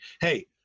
hey